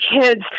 kids